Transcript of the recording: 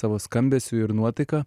savo skambesiu ir nuotaika